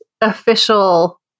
official